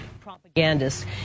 propagandists